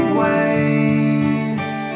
waves